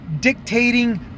dictating